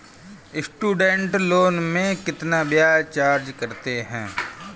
Student loan में कितना ब्याज चार्ज करते हैं?